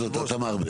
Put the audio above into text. אתה מערבב.